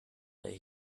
day